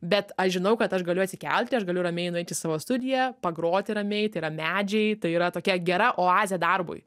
bet aš žinau kad aš galiu atsikelti aš galiu ramiai nueiti į savo studiją pagroti ramiai tai yra medžiai tai yra tokia gera oazė darbui